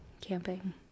camping